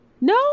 No